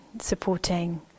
supporting